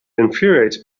infuriates